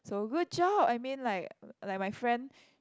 so good job I mean like like my friend